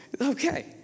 Okay